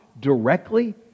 directly